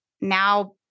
now